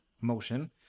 motion